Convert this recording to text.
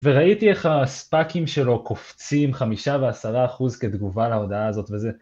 וראיתי איך הספאקים שלו קופצים חמישה ועשרה אחוז כתגובה להודעה הזאת וזה